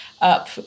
up